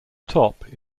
top